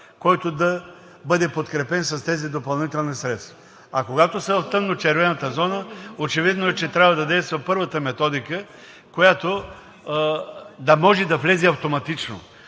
който да бъде подкрепен с тези допълнителни средства, а когато са в тъмночервената зона, е очевидно, че трябва да действа първата методика, която да може да влезе автоматично.